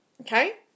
Okay